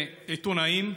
עיתונאים,